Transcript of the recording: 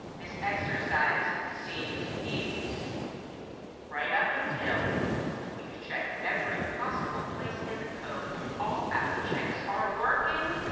this exercise seems tedious right up until we've checked every possible place in the code and all our checks are working,